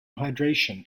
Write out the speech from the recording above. hydration